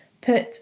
put